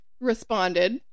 responded